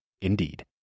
Indeed